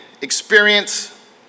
experience